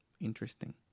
Interesting